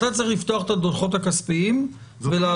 אתה צריך לפתוח את הדוחות הכספיים ולהביא